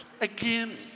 again